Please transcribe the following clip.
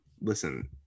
Listen